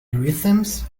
rhythms